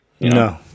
No